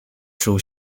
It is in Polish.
czuł